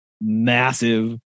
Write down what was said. massive